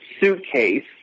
suitcase